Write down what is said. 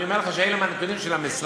אני אומר לך שאלה המנגנונים של המשרד,